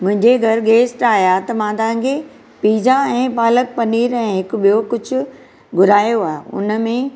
मुंहिंजे घरु गैस्ट आया त मां तव्हांखे पिज़ा ऐं पालक पनीर ऐं हिकु ॿियो कुझु घुरायो आहे हुन में